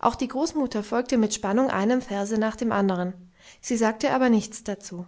auch die großmutter folgte mit spannung einem verse nach dem andern sie sagte aber nichts dazu